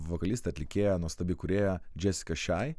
vokalistė atlikėja nuostabi kūrėja džesika šai